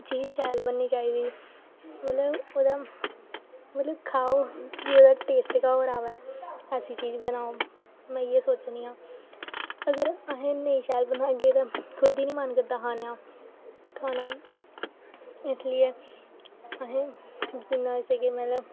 चीज शैल बननी चाहिदी मतलब ओह्दा मतलब खाओ जेह्दा टेस्ट गै होर आवै ऐसी चीज बनाओ में इ'यै सोचनी आं अगर अस नेईं शैल बनागे ते कदें निं मन करदा खाने दा इसलिए असें मतलब